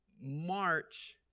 March